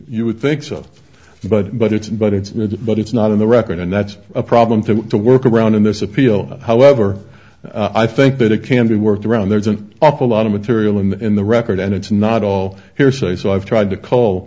you would think so but but it isn't but it's but it's not in the record and that's a problem to the work around in this appeal however i think that it can do work around there's an awful lot of material in the record and it's not all hearsay so i've tried to call